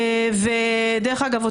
ודרך אגב,